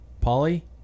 Polly